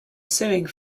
suing